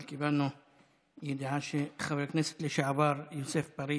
אבל קיבלנו ידיעה שחבר הכנסת לשעבר יוסף פריצקי,